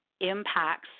impacts